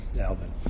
Alvin